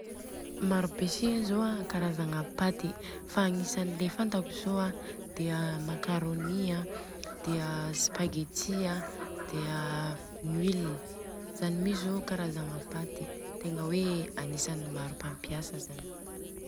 Maro be si zô an ankarazagna paty, fa agnisany le fantako zô an, de a makarôny an, de a spaghetti an, de a noilina. Zany mi zô a karazagna paty tegna hoe anisany maro mampiasa zany.